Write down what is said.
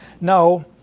no